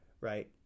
Right